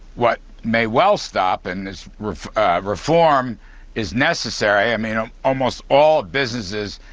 what may well stop and this reform is necessary i mean um almost all businesses,